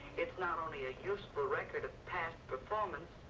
it's not only a useful record of past performance,